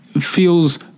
feels